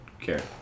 care